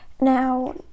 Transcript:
Now